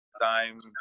time